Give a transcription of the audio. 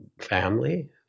family